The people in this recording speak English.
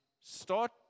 start